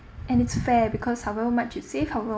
and it's fair because however much you save however